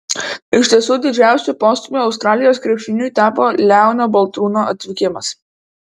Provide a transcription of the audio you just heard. iš tiesų didžiausiu postūmiu australijos krepšiniui tapo leono baltrūno atvykimas